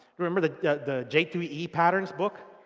remember the the j two e e patterns book?